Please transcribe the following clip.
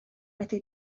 wedi